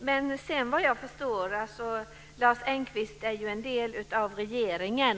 lite. Såvitt jag förstår är Lars Engqvist en del av regeringen.